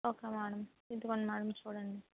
okay madam ఇదిగోండి madam చూడండి